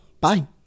Bye